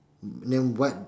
then what